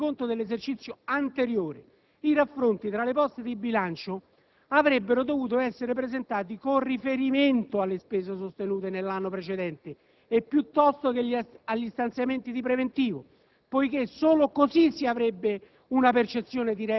che, proprio in ragione della contemporanea approvazione del rendiconto dell'esercizio anteriore, i raffronti tra le poste di bilancio avrebbero dovuto essere presentati con riferimento alle spese sostenute nell'anno precedente piuttosto che agli stanziamenti di preventivo,